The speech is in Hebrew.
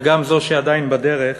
וגם זו שעדיין בדרך,